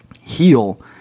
heal